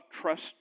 trust